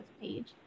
page